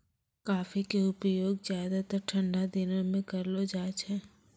coffee के उपयोग ज्यादातर ठंडा दिनों मॅ करलो जाय छै